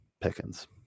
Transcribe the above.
Pickens